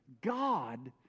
God